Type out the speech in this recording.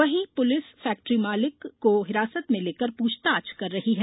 वहीं police factory मालिक को हिरासत में लेकर पूछताछ कर रही है